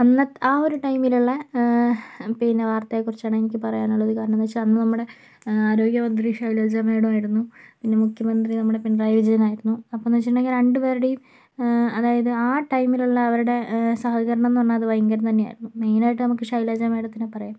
അന്നത്തെ ആ ഒരു ടൈമിലുള്ള പിന്നെ വാർത്തയെ കുറിച്ചാണ് എനിക്ക് പറയാനുള്ളത് കാരണമെന്നു വെച്ചാൽ അന്ന് നമ്മുടെ ആരോഗ്യമന്ത്രി ഷൈലജ മാഡം ആയിരുന്നു പിന്നെ മുഖ്യമന്ത്രി നമ്മുടെ പിണറായിവിജയനായിരുന്നു അപ്പോഴെന്ന് വെച്ചിട്ടുണ്ടെങ്കിൽ രണ്ട് പേരുടെയും അതായത് ആ ടൈമിലുള്ള അവരുടെ സഹകരണമെന്നു പറഞ്ഞാൽ അത് ഭയങ്കരം തന്നെയായിരുന്നു മെയിനായിട്ട് നമുക്ക് ഷൈലജ മാഡത്തിനെ പറയാം